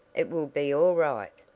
it will be all right.